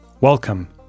welcome